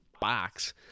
box